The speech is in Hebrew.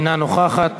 אינה נוכחת.